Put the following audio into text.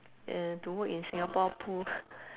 uh to work in singapore pool